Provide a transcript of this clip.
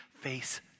face